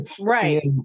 Right